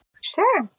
Sure